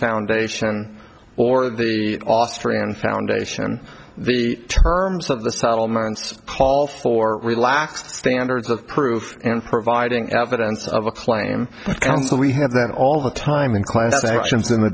foundation or the austrian foundation and the terms of the settlements call for relaxed standards of proof and providing evidence of a claim council we have that all the time in class sections in the